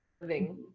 living